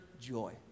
joy